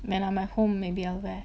when I'm at home maybe I'll wear